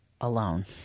alone